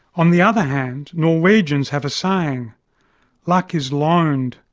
on the other hand, norwegians have a saying luck is loaned,